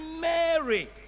Mary